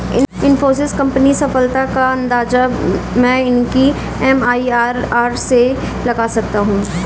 Infosys company की सफलता का अंदाजा मैं इसकी एम.आई.आर.आर से लगा सकता हूँ